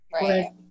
Right